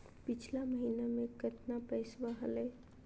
पिछला महीना मे कतना पैसवा हलय?